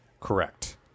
Correct